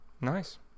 Nice